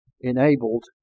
enabled